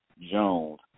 Jones